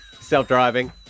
self-driving